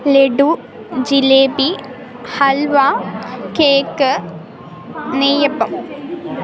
laddu jalebi halwa cake നെയ്യപ്പം